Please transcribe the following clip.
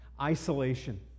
Isolation